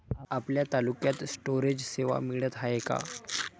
आपल्या तालुक्यात स्टोरेज सेवा मिळत हाये का?